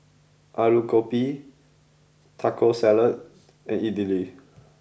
Alu Gobi Taco Salad and Idili